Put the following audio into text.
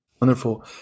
Wonderful